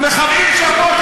מילא למחבלים שפה,